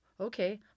okay